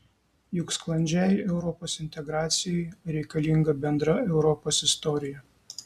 juk sklandžiai europos integracijai reikalinga bendra europos istorija